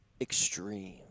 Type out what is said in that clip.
extreme